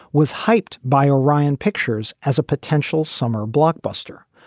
was hyped by orion pictures as a potential summer blockbuster,